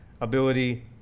ability